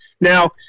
Now